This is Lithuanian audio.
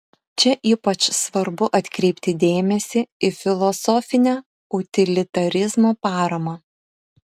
čia ypač svarbu atkreipti dėmesį į filosofinę utilitarizmo paramą